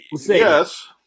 yes